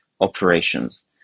operations